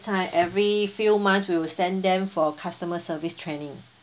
time every few months we will send them for customer service training